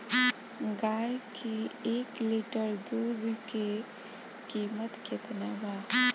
गाय के एक लीटर दुध के कीमत केतना बा?